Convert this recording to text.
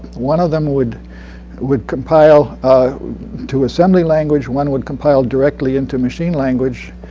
one of them would would compile to assembly language. one would compile directly into machine language.